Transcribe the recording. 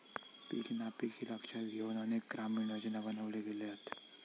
पीक नापिकी लक्षात घेउन अनेक ग्रामीण योजना बनवले गेले हत